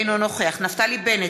אינו נוכח נפתלי בנט,